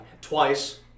Twice